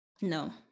no